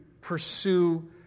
pursue